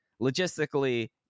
Logistically